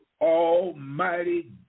almighty